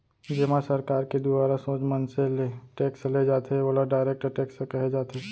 जेमा सरकार के दुवारा सोझ मनसे ले टेक्स ले जाथे ओला डायरेक्ट टेक्स कहे जाथे